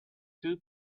two